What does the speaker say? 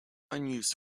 unused